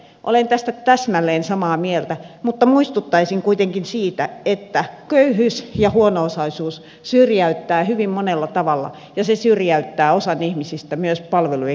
olen tästä täsmälleen samaa mieltä mutta muistuttaisin kuitenkin siitä että köyhyys ja huono osaisuus syrjäyttävät hyvin monella tavalla ja ne syrjäyttävät osan ihmisistä myös palvelujen käytöstä